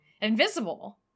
Invisible